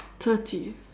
thirty